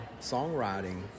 songwriting